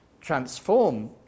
transform